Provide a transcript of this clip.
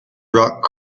rock